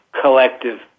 collective